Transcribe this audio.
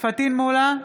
פטין מולא,